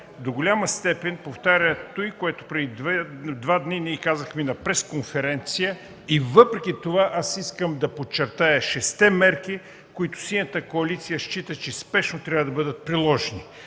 до голяма степен повтаря онова, което преди два дни ние казахме на пресконференция. Въпреки това аз искам да подчертая шестте мерки, които Синята коалиция счита, че спешно трябва да бъдат приложени.